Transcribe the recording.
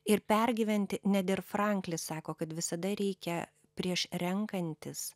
ir pergyventi net ir franklis sako kad visada reikia prieš renkantis